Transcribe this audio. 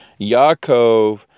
Yaakov